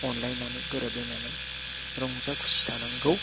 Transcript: अनलायनानै गोरोबलायनानै रंजा खुसि थानांगौ